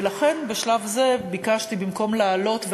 ולכן בשלב זה ביקשתי שבמקום להעלות,